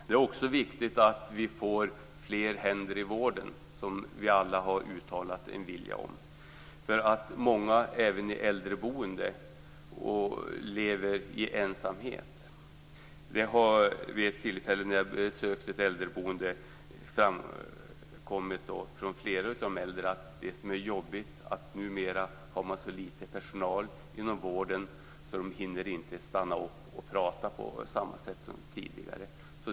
Det är också viktigt att vi får fler händer i vården, som vi alla har uttalat en vilja om. Även många människor som finns i äldreboende lever nämligen i ensamhet. Vid ett tillfälle då jag besökte ett äldreboende framkom det från flera av de äldre att de tycker att det är jobbigt att det numera finns så lite personal inom vården och att de som jobbar inom vården inte har tid att stanna till och prata på samma sätt som tidigare.